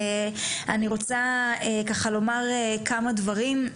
אני רוצה ככה לומר כמה דברים,